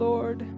Lord